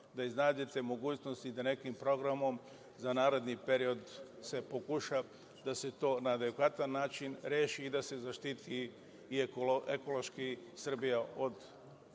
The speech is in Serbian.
da iznađete mogućnost i da se nekim programom, za naredni period, pokuša da se to na adekvatan način reši i da se zaštiti, i ekološki, Srbija od nekih